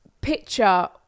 Picture